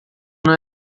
não